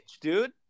dude